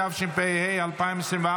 התשפ"ה 2024,